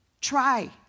Try